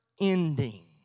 ending